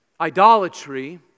idolatry